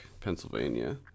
Pennsylvania